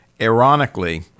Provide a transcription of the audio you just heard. Ironically